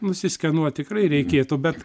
nusiskenuot tikrai reikėtų bet